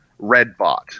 Redbot